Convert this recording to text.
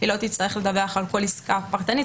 היא לא תצטרך לדווח על כל עסקה פרטנית,